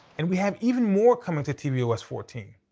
and we have even more coming to tvos fourteen.